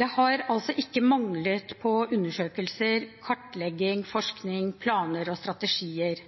Det har altså ikke manglet undersøkelser, kartlegging, forskning, planer og strategier.